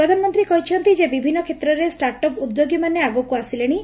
ପ୍ରଧାନମନ୍ତୀ କହିଛନ୍ତି ଯେ ବିଭିନ୍ନ ଷେତ୍ରରେ ଷ୍ଟାର୍ଟ ଅପ ଉଦ୍ୟୋଗୀମାନେ ଆଗକୁ ଆସିଲେଣି